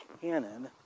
canon